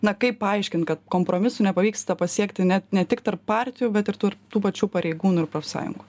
na kaip paaiškint kad kompromisų nepavyksta pasiekti net ne tik tarp partijų bet ir tarp tų pačių pareigūnų ir profsąjungų